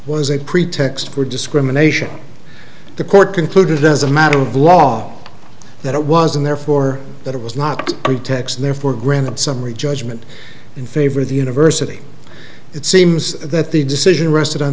was a pretext for discrimination the court concluded as a matter of law that it was and therefore that it was not pretax and therefore granted summary judgment in favor of the university it seems that the decision rested on